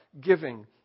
Giving